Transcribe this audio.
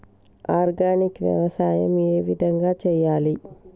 Organic వ్యవసాయం ఏ విధంగా చేయాలి?